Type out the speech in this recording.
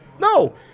No